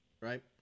Right